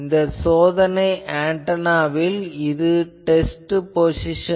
இந்த சோதனை ஆன்டெனாவில் இது டெஸ்ட் பொசிசனர்